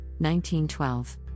1912